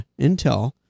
Intel